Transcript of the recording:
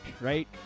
right